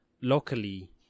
Locally